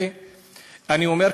ואני אומר,